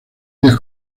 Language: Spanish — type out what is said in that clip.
diez